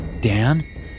Dan